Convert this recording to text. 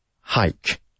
hike